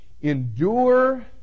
endure